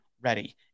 ready